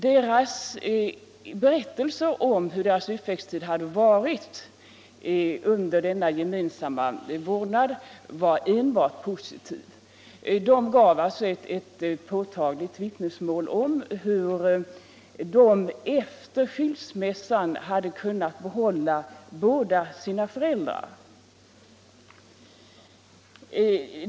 Deras berättelse om hur deras uppväxttid hade varit under denna gemensamma vårdnad var enbart positiv. De gav ett påtagligt vittnesmål om hur de efter skilsmässan hade kunnat behålla båda sina föräldrar.